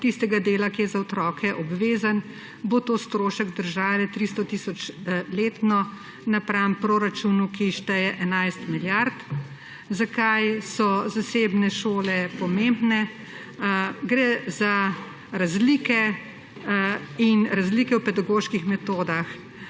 tistega dela, ki je za otroke obvezen, bo to strošek države 300 tisoč letno napram proračunu, ki šteje 11 milijard. Zakaj so zasebne šole pomembne? Gre za razlike v pedagoških metodah.